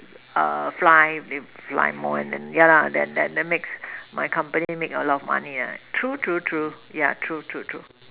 err fly they fly more and then yeah lah then then makes my company make a lot money yeah true true true yeah true true true